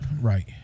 Right